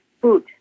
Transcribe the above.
food